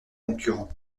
concurrents